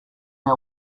our